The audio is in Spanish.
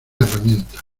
herramientas